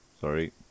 Sorry